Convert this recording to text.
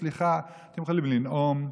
סליחה, אתם יכולים לנאום.